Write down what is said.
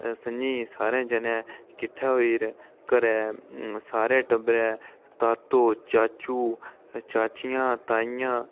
संञें ई सारें जनें किट्ठे होइयै घरै दे सारे टब्बरै तातो चाचू चाचियां ताइयां